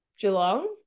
Geelong